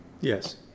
yes